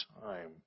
time